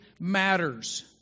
matters